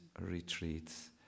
retreats